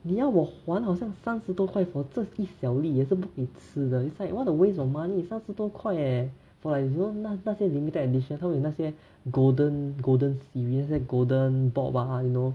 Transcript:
你要我还好像三十多块 for 这些小粒的又不可以吃的 it's like what a waste of money 三十多块 leh for like you know 那那那些 limited edition 他们有那些 golden golden series 那些 golden board ah you know